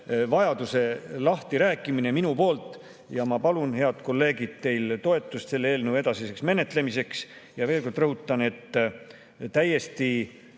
vajaduse lahtirääkimine minu poolt. Ja ma palun, head kolleegid, teilt toetust selle eelnõu edasiseks menetlemiseks. Ja veel kord rõhutan, et